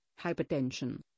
hypertension